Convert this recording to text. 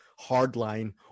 Hardline